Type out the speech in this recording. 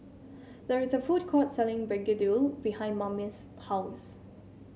there is a food court selling begedil behind Mamie's house